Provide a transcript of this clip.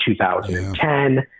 2010